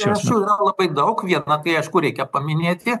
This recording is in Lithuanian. priežasčių yra labai daug vieną tai aišku reikia paminėti